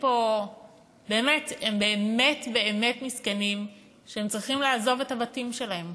הם באמת-באמת מסכנים שהם צריכים לעזוב את הבתים שלהם.